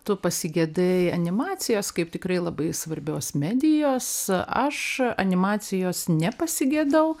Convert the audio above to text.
tu pasigedai animacijos kaip tikrai labai svarbios medijos aš animacijos nepasigedau